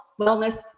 wellness